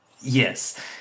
Yes